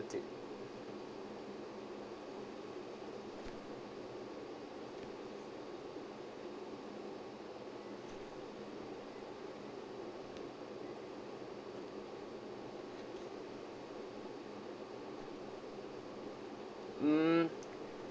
mm